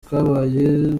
kwabaye